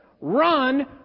Run